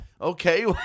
Okay